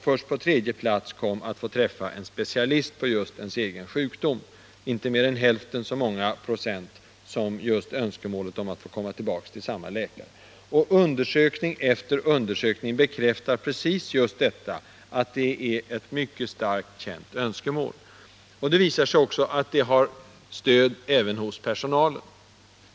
Först på tredje plats kom önskemålet att få träffa en specialist på just ens egen sjukdom — med inte mer än hälften så många procent som önskemålet att få komma tillbaka till samma läkare. Undersökning efter undersökning bekräftar att det sistnämnda är ett mycket starkt önskemål. Det visar sig att detta önskemål har stöd även hos personalen.